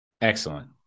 Excellent